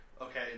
okay